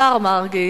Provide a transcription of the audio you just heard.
השר מרגי,